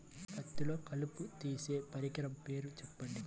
పత్తిలో కలుపు తీసే పరికరము పేరు చెప్పండి